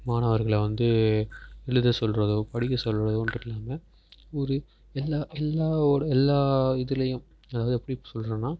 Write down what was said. மாணவர்களை வந்து எழுத சொல்கிறதோ படிக்க சொல்கிறதோ இல்லாமல் ஒரு எல்லாம் எல்லாம் ஓட எல்லாம் இதுலேயும் அதாவது எப்படி சொல்கிறேன்னா